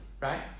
right